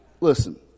listen